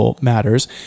matters